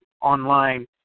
online